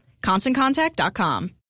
ConstantContact.com